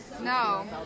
No